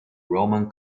roman